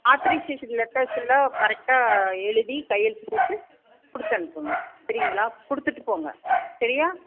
authorisation letter ஃபுல்லாக கரெக்ட்டாக எழுதி கையெழுத்து போட்டு கொடுத்தனுப்புங்க சரிங்களா கொடுத்துட்டு போங்க சரியா